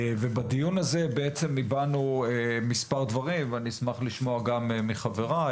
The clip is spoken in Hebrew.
ובדיון הזה בעצם הבענו מספר דברים ואני אשמח לשמוע גם מחבריי,